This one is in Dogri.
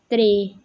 त्री